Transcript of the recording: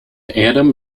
adam